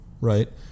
right